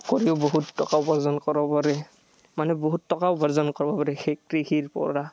কৰিও বহুত টকা উপাৰ্জন কৰব পাৰি মানে বহুত টকা উপাৰ্জন কৰব পাৰি সেই কৃষিৰ পৰা